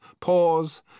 pause